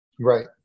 Right